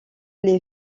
les